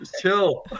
Chill